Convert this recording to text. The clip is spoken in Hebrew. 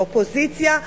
באופוזיציה,